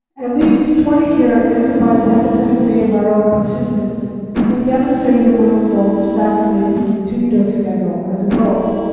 a least twenty year antibody to hepatitis a viral persistence has been demonstrated among adults vaccinated with the two-dose schedule as adults.